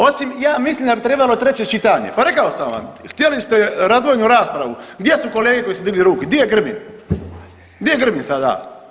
Osim ja mislim da bi trebalo treće čitanje, pa rekao sam vam, htjeli ste razdvojenu raspravu, gdje su kolege koji su digli ruke, gdi je Grbin, gdi je Grbin sada.